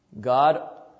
God